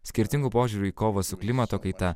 skirtingų požiūrių į kovą su klimato kaita